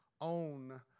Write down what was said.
own